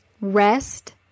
rest